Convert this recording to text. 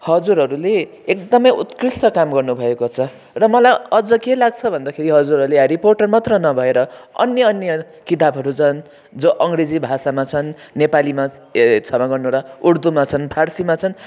हजुरहरूले एकदमै उतकृष्ट काम गर्नुभएको छ र मलाई अझ के लाग्छ भन्दाखेरि हजुरहरूले हेरी पोटर मात्र नभएर अन्य अन्य किताबहरू जुन जो अङ्ग्रेजी भाषामा छन् नेपालीमा छमा गर्नु होला उर्दुमा छन् फारसीमा छन्